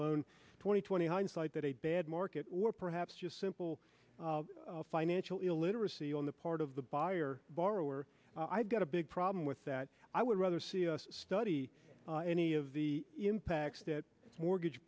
loan twenty twenty hindsight that a bad market or perhaps just simple financial illiteracy on the part of the buyer borrower i've got a big problem with that i would rather see a study any of the impacts that mortgage